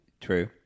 True